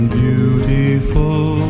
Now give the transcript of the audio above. beautiful